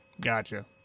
Gotcha